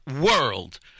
world